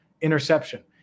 interception